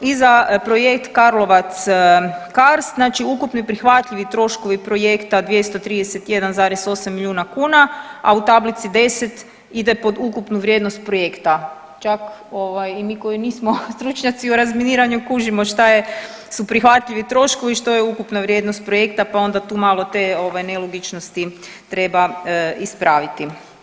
I za projekt Karlovac Karst znači ukupni prihvatljivi troškovi projekta 231,8 milijuna kuna, a u tablici 10 ide pod ukupnu vrijednost projekta, čak ovaj i mi koji nismo stručnjaci u razminiranju kužimo šta su prihvatljivi troškovi i što je ukupna vrijednost projekta, pa onda tu malo te ovaj nelogičnosti treba ispraviti.